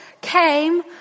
came